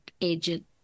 agent